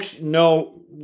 no